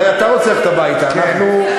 אולי אתה רוצה ללכת הביתה, אבל אנחנו,